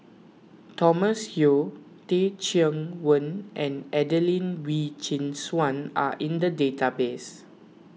Thomas Yeo Teh Cheang Wan and Adelene Wee Chin Suan are in the database